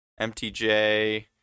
MTJ